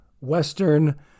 Western